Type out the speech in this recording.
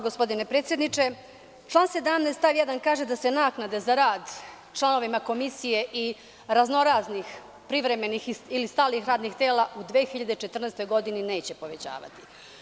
Gospodine predsedniče, član 17. stav 1. kaže da se naknada za rad članovima komisije i raznoraznih privremenih ili stalnih radnih tela u 2014. godini neće povećavati.